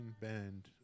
band